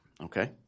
Okay